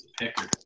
Picker